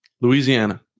Louisiana